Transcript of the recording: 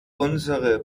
unsere